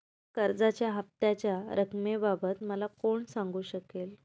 कर्जाच्या हफ्त्याच्या रक्कमेबाबत मला कोण सांगू शकेल?